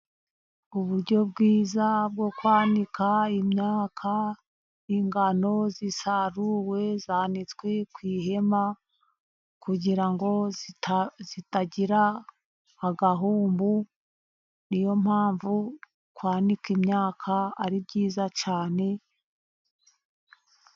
Uburyo bwiza bwo kwanika imyaka, ingano zisaruwe zanitswe ku ihema, kugira ngo zitagira agahumbu. Ni yo mpamvu kwanika imyaka ari byiza cyane.